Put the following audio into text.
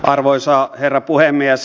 arvoisa herra puhemies